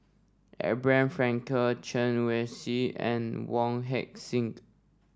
Abraham Frankel Chen Wen Hsi and Wong Heck Sing